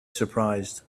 surprised